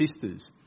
sisters